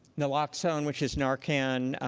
naloxone, which is narcan,